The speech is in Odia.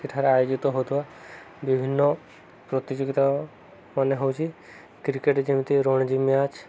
ସେଠାରେ ଆୟୋଜିତ ହଉଥିବା ବିଭିନ୍ନ ପ୍ରତିଯୋଗିତା ମାନ ହଉଛି କ୍ରିକେଟ ଯେମିତି ରଣଜୀ ମ୍ୟାଚ